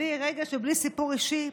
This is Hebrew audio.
בלי רגש ובלי סיפור אישי,